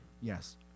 Yes